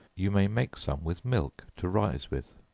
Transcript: you may make some with milk, to rise with.